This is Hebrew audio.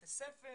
לבתי ספר